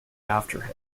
after